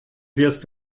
wirst